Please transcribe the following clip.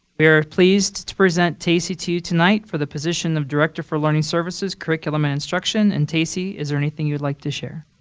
we're pleased to present tacy to you tonight for the position of director for learning services, curriculum, instruction. and tacy, is there anything you would like to share?